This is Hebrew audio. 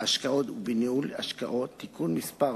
השקעות ובניהול תיקי השקעות (תיקון מס'